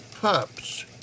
pups